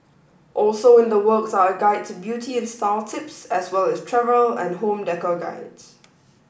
also in the works are a guide to beauty and style tips as well as travel and home decor guides